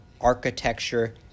architecture